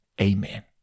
Amen